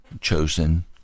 chosen